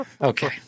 Okay